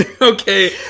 okay